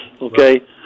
okay